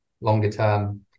longer-term